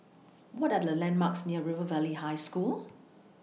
What Are The landmarks near River Valley High School